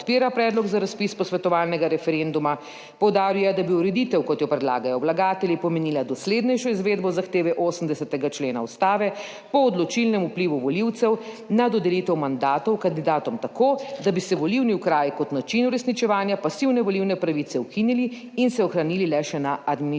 predlog za razpis posvetovalnega referenduma, poudaril je, da bi ureditev kot jo predlagajo vlagatelji pomenila doslednejšo izvedbo zahteve 80. člena Ustave po odločilnem vplivu volivcev na dodelitev mandatov kandidatom tako, da bi se volilni okraji kot način uresničevanja pasivne volilne pravice ukinili in se ohranili le še na administrativni